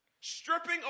Stripping